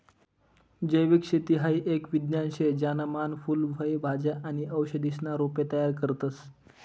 जैविक शेती हाई एक विज्ञान शे ज्याना मान फूल फय भाज्या आणि औषधीसना रोपे तयार करतस